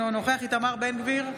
אינו נוכח איתמר בן גביר,